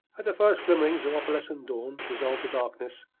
as the first glimmerings of opalescent dawn dissolved the darkness,